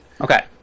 Okay